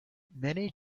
many